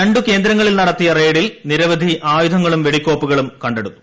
രണ്ടു കേന്ദ്രങ്ങളിൽ നടത്തിയ റെയ്ഡിൽ നിരവധി ആയുധങ്ങളും വെടിക്കോപ്പുകളും കണ്ടെടുത്തു